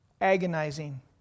Agonizing